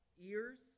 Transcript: ears